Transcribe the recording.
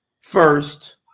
first